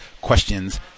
questions